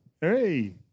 Hey